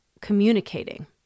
communicating